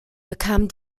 bekam